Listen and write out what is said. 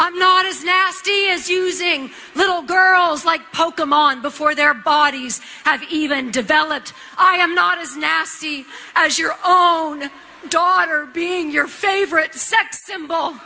i'm not as nasty as using little girls like poke a man before their bodies have even developed i am not as nasty as your own daughter being your favorite sex symbol